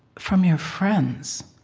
from your friends,